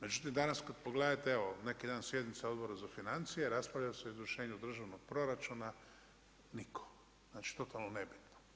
Međutim, danas kada pogledate, evo neki dan sjednica Odbora za financije, raspravlja se o izvršenju državnog proračuna, nitko, znači totalno nebitno.